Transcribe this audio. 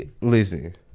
Listen